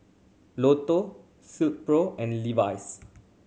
Lotto Silkpro and Levi's